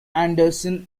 andersson